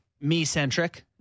me-centric